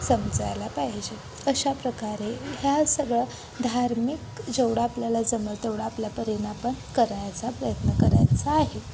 समजायला पाहिजे अशा प्रकारे ह्या सगळं धार्मिक जेवढं आपल्याला जमेल तेवढं आपल्या परिनं आपण करायचा प्रयत्न करायचा आहे